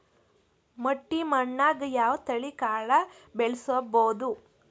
ಮಟ್ಟಿ ಮಣ್ಣಾಗ್, ಯಾವ ತಳಿ ಕಾಳ ಬೆಳ್ಸಬೋದು?